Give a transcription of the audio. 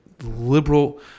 liberal